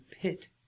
pit